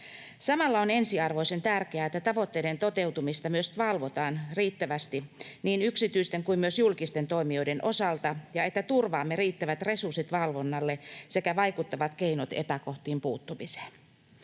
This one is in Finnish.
Samalla on ensiarvoisen tärkeää, että tavoitteiden toteutumista myös valvotaan riittävästi niin yksityisten kuin julkisten toimijoiden osalta ja että turvaamme riittävät resurssit valvonnalle sekä vaikuttavat keinot epäkohtiin puuttumiseen.